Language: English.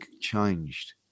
changed